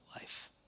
life